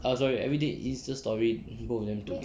ah sorry everyday insta story both of them together